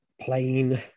plain